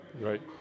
Right